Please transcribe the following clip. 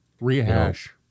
rehash